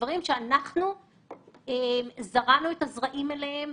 דברים שאנחנו זרענו את הזרעים שלהם,